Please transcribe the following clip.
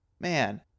man